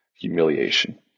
humiliation